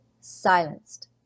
silenced